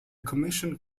commission